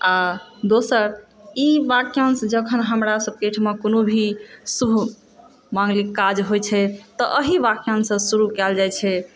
आओर दोसर ई वाक्यांश जखन हमरा सभकेँ ओहिठाम कोनो भी शुभ माङ्गलीक काज होइत छै तऽ अहि वाक्यांशसँ शुरु कयल जाइत छै